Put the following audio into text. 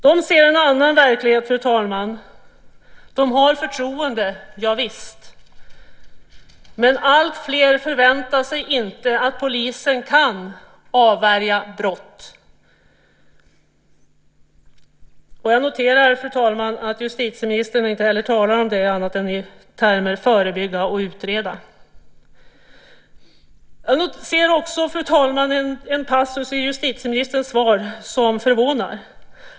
De ser en annan verklighet. De har förtroende, javisst, men alltfler förväntar sig inte att polisen kan avvärja brott. Jag noterar att justitieministern inte heller talar om det annat än i termer av förebygga och utreda. Jag ser också en passus i justitieministerns svar som förvånar.